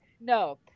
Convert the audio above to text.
no